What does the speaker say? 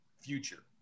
future